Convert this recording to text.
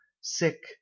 sick